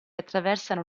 attraversano